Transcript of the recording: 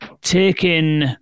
taking